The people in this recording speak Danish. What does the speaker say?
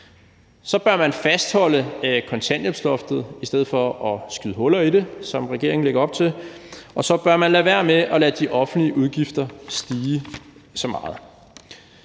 Man bør fastholde kontanthjælpsloftet i stedet for at skyde huller i det, som regeringen lægger op til, og så bør man lade være med at lade de offentlige udgifter stige så meget.